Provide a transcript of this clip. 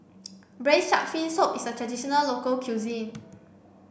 braised shark fin soup is a traditional local cuisine